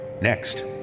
Next